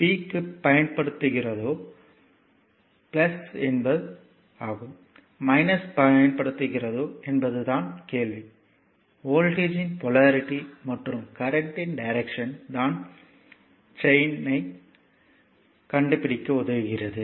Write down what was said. P க்கு பயன்படுத்துகிறதோ பயன்படுத்துகிறதோ என்பது தான் கேள்வி வோல்ட்டேஜ்யின் போலாரிட்டி மற்றும் கரண்ட்யின் டிரெக்ஷன் தான் p சைன் ஐ கண்டுபிடிக்க உதவுகிறது